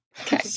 Okay